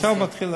תודה,